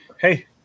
Hey